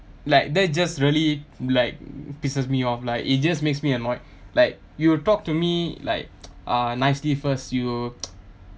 like that just really um like pisses me off lah it just makes me annoyed like you would talk to me like uh nicely first you